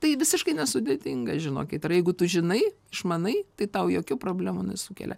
tai visiškai nesudėtinga žinokit ir jeigu tu žinai išmanai tai tau jokių problemų sukelia